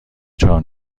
چهار